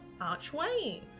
archway